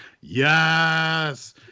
Yes